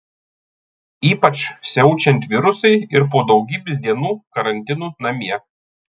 ypač siaučiant virusui ir po daugybės dienų karantino namie